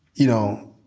you know,